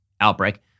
outbreak